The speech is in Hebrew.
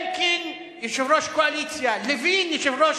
אלקין, יושב-ראש קואליציה, לוין, יושב-ראש